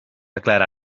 aclara